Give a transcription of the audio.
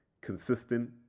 Consistent